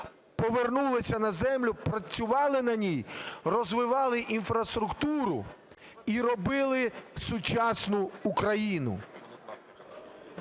повернулися на землю, працювали на ній, розвивали інфраструктуру і робили сучасну Україну,